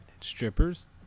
strippers